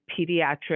pediatric